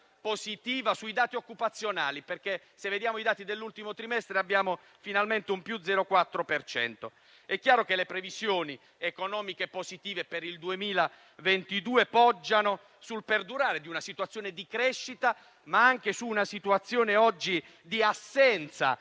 positiva anche sui dati occupazionali. Se, infatti, vediamo i dati dell'ultimo trimestre, abbiamo finalmente un più 0,4 per cento. È chiaro che le previsioni economiche positive per il 2022 poggiano sul perdurare di una situazione di crescita, ma anche su una situazione, che noi abbiamo